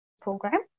program